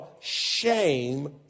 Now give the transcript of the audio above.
shame